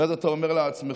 ואז אתה אומר לעצמך: